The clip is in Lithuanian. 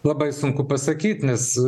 labai sunku pasakyt nes